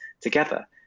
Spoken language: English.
together